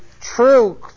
true